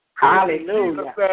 Hallelujah